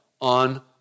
on